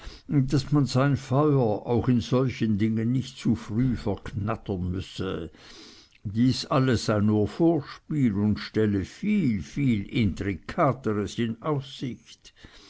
daß man sein feuer auch in solchen dingen nicht zu früh verknattern müsse dies alles sei nur vorspiel und stelle viel viel intrikateres in aussicht